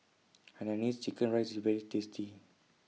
Hainanese Chicken Rice IS very tasty